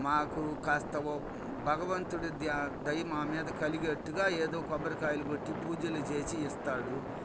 మాకు కాస్త ఓ భగవంతుడు దయ మా మీద కలిగేటట్లుగా ఏదో కొబ్బరికాయలు కొట్టి పూజలు చేసి ఇస్తాడు